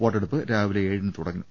വോട്ടെടുപ്പ് രാവിലെ ഏഴിന് തുടങ്ങും